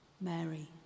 Mary